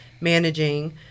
managing